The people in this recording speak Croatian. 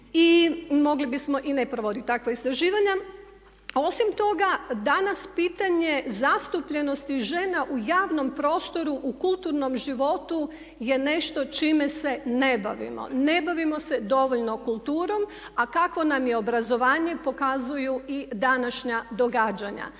I mogli bismo i ne provoditi takva istraživanja. Osim toga, danas pitanje zastupljenosti žena u javnom prostoru u kulturnom životu je nešto čime se ne bavimo, ne bavimo se dovoljno kulturom, a kakvo nam je obrazovanje pokazuju i današnja događanja.